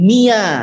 Mia